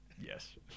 yes